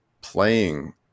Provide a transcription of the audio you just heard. playing